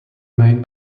main